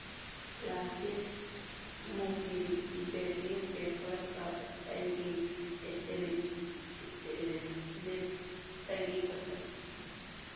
classic muffin baking paper cup ꯑꯩꯒꯤ item ꯂꯤꯁꯇꯒꯤ ꯀꯛꯊꯠꯂꯨ